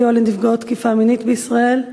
הסיוע לנפגעות תקיפה מינית בישראל.